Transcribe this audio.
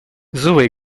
zoé